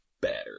better